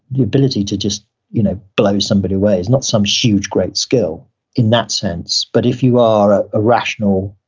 the ability to just you know blow somebody away is not some huge great skill in that sense, but if you are a rational,